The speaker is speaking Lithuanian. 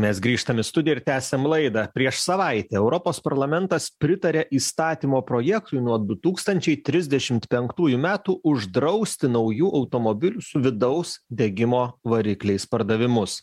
mes grįžtam į studiją ir tęsiam laidą prieš savaitę europos parlamentas pritarė įstatymo projektui nuo du tūkstančiai trisdešimt penktųjų metų uždrausti naujų automobilių su vidaus degimo varikliais pardavimus